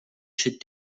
should